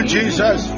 Jesus